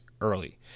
early